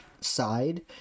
side